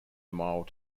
mile